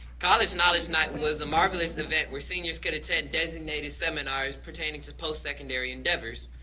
college knowledge night was a marvelous and event where seniors could attend designated seminars pertaining to post-secondary endeavors.